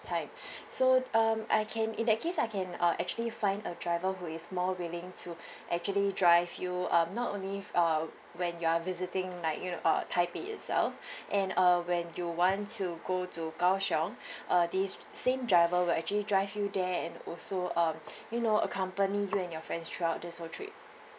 time so um I can in that case I can uh actually find a driver who is more willing to actually drive you um not only uh when you are visiting like you know uh taipei itself and uh when you want to go to kaohsiung uh this same driver will actually drive you there and also um you know accompany you and your friends throughout this whole trip